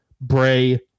Bray